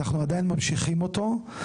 ואנחנו עדיין ממשיכים אותו,